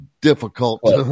difficult